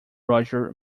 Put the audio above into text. roger